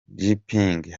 jinping